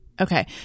Okay